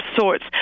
sorts